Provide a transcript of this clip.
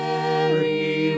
Mary